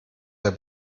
der